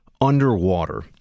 underwater